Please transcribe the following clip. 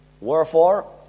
Wherefore